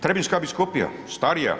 Trebinjska biskupija, starija.